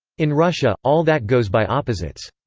in russia, all that goes by opposites.